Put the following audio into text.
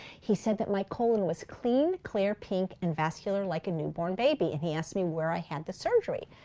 he said that my colon was clean, clear, pink, and vascular like a newborn baby and he asked me where i had the surgery.